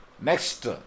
Next